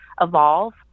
evolve